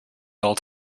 little